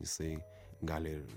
jisai gali